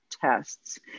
tests